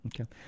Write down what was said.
Okay